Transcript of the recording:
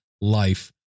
Life